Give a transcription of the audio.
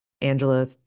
Angela